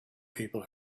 people